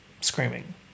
Screaming